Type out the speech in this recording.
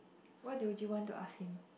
what would you want to ask him